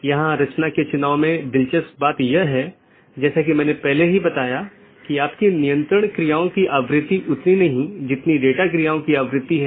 तो मुख्य रूप से ऑटॉनमस सिस्टम मल्टी होम हैं या पारगमन स्टब उन परिदृश्यों का एक विशेष मामला है